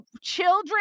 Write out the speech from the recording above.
children